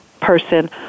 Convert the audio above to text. person